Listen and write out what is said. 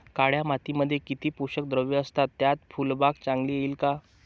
काळ्या मातीमध्ये किती पोषक द्रव्ये असतात, त्यात फुलबाग चांगली येईल का?